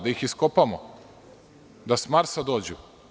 Da ih iskopamo, da s Marsa dođu?